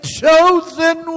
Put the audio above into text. chosen